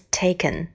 taken